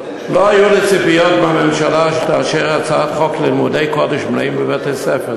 לא היו לי ציפיות מהממשלה שתאשר הצעת חוק לימודי קודש מלאים בבתי-ספר,